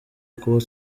kuba